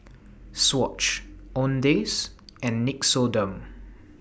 Swatch Owndays and Nixoderm